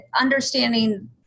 understanding